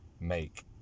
make